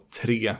tre